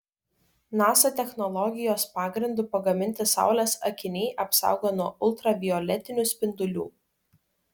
nasa technologijos pagrindu pagaminti saulės akiniai apsaugo nuo ultravioletinių spindulių